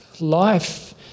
Life